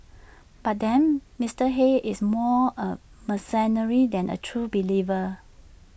but then Mister Hayes is more A mercenary than A true believer